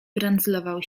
brandzlował